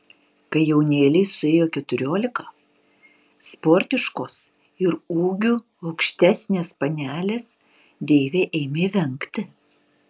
kai jaunėlei suėjo keturiolika sportiškos ir ūgiu aukštesnės panelės deivė ėmė vengti